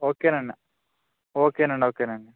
okay నండి okay నండి okay నండి